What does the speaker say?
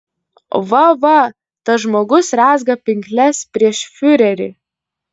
va va tas žmogus rezga pinkles prieš fiurerį